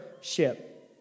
ship